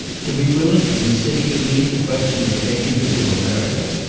to be willing to consider, you mean, the question of taking her to america?